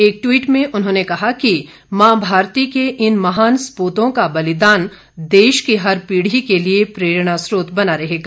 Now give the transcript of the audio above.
एक टवीट में उन्होंने कहा कि मां भारती के इन महान सपूतों का बलिदान देश की हर पीढ़ी के लिए प्रेरणास्त्रोत बना रहेगा